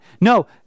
No